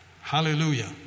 Hallelujah